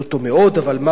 אבל מה שנקרא,